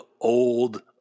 old